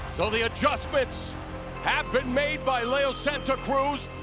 so the adjustments have been made by leo santa cruz.